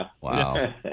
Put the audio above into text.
Wow